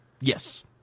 Yes